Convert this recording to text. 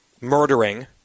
murdering